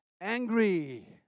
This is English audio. angry